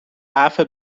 عفو